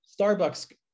Starbucks